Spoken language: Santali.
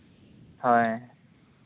ᱦᱮᱸ